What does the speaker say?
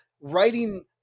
writing